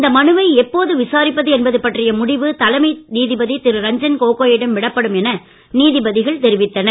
இந்த மனுவை எப்போது விசாரிப்பது என்பது பற்றிய முடிவு தலைமை நீதிபதி திரு ரஞ்சன் கோகோயிடம் விடப்படும் என நீதிபதிகள் தெரிவித்தனர்